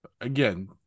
again